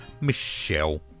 Michelle